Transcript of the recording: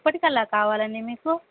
ఎప్పటికల్లా కావాలండి మీకు